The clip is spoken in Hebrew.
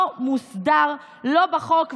ובניגוד להחלטת ממשלה,